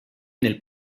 nel